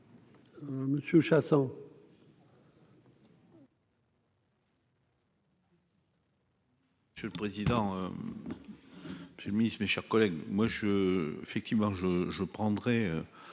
Monsieur Chassang. Monsieur le président, monsieur le Ministre, mes chers collègues, moi je, effectivement je je prendrais